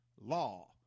law